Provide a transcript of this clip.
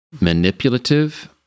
manipulative